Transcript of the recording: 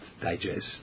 digest